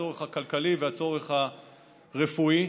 הצורך הכלכלי והצורך הרפואי.